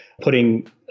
putting